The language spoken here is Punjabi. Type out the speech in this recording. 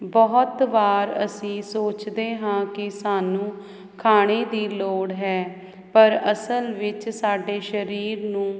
ਬਹੁਤ ਵਾਰ ਅਸੀਂ ਸੋਚਦੇ ਹਾਂ ਕਿ ਸਾਨੂੰ ਖਾਣੇ ਦੀ ਲੋੜ ਹੈ ਪਰ ਅਸਲ ਵਿੱਚ ਸਾਡੇ ਸਰੀਰ ਨੂੰ ਪਾਣੀ ਦੀ